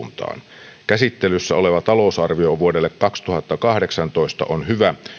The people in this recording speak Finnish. juuri oikeaan suuntaan käsittelyssä oleva talousarvio vuodelle kaksituhattakahdeksantoista on hyvä